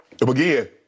Again